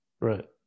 Right